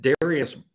Darius